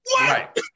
Right